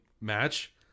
match